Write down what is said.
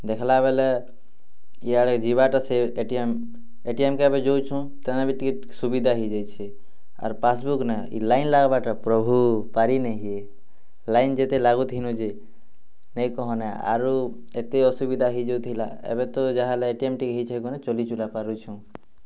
ଦେଖିଲା ବେଲେ ଇଆଡ଼େ ଯିବାଟା ସେ ଏ ଟି ମ୍ ଏଟିମ୍କେ୍ ଯୁଉଁଛୁଁ ତାଣେ ଏବେ ଟିଟିକିଏ ସୁବିଧା ହେଇଯାଇଛେ ଆର୍ ପାସବୁକ୍ ନାଇଁ ଇ ଲାଇନ୍ ଲାଗିବା୍ଟା ପ୍ରଭୁ ପାରିନେଇଁ ହଏ ଲାଇନ୍ ଯେତେ ଲାଗୁଥିଲୁ ଯେଁ ନାଇଁ କହନା ଆରୁ ଏତେ ଅସୁବିଧା ହେଇଯାଉଥିଲା ଏବେ ତ ଯାହା ହେଲେ ଏ ଟି ମ୍ ଟିକିଏ ହେଇଛେ ଚଲିଚୁଲା ପାରୁଛୁଁ